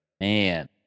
man